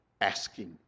asking